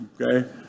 Okay